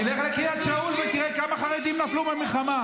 אתה מדבר דברים בעלמא.